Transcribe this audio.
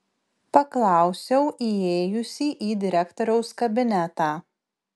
paklausiau įėjusi į direktoriaus kabinetą